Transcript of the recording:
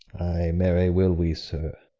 ay, marry, will we, sir!